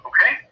Okay